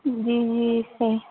جی جی صحیح